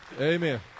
Amen